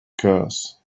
curse